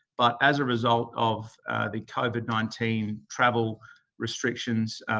but as a result of the covid nineteen travel restrictions,